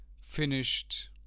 finished